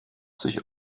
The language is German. sich